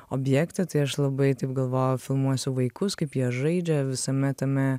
objektą tai aš labai taip galvojau filmuosiu vaikus kaip jie žaidžia visame tame